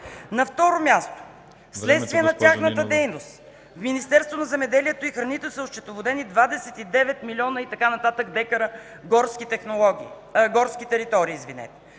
На второ място, „Вследствие на тяхната дейност в Министерството на земеделието и храните са осчетоводени 29 милиона” и така нататък „декара горски територии”.